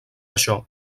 això